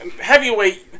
Heavyweight